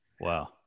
wow